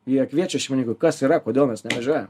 jie kviečia šeimininkui kas yra kodėl mes nevažiuojam